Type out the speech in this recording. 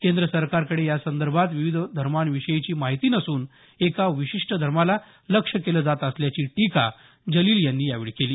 केंद्र सरकारकडे यासंदर्भात विविध धर्मांविषयीची माहिती नसून एका विशिष्ट धर्माला लक्ष्य केलं जात असल्याची टीका जलिल यांनी यावेळी केली